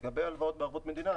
לגבי הלוואות בערבות מדינה,